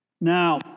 Now